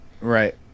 Right